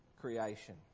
creation